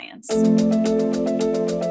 science